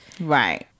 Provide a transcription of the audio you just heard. Right